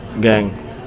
gang